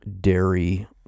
dairy